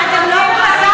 אתם לא במשא-ומתן?